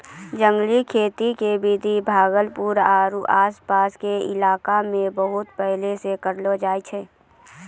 जंगली खेती के विधि भागलपुर आरो आस पास के इलाका मॅ बहुत पहिने सॅ करलो जाय छै